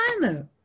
China